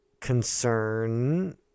concern